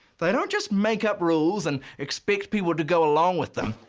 they don't just make up rules and expect people to go along with them.